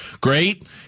great